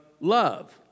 love